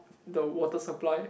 the water supply